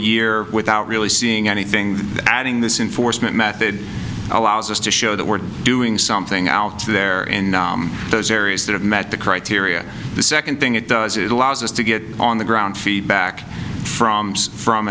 year without really seeing anything adding this in force method allows us to show that we're doing something out there in areas those areas that have met the criteria the second thing it does is allows us to get on the ground feedback from from